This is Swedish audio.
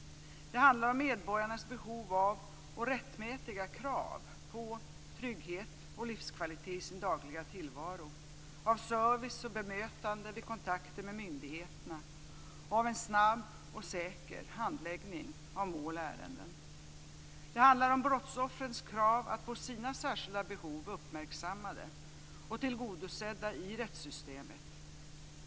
Det handlar om medborgarnas behov av och rättmätiga krav på trygghet och livskvalitet i sin dagliga tillvaro, av service och bemötande vid kontakter med myndigheterna, av en snabb och säker handläggning av mål och ärenden. Det handlar om brottsoffrens krav att få sina särskilda behov uppmärksammade och tillgodosedda i rättssystemet.